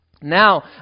Now